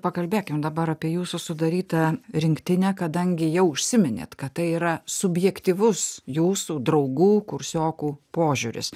pakalbėkim dabar apie jūsų sudarytą rinktinę kadangi jau užsiminėt kad tai yra subjektyvus jūsų draugų kursiokų požiūris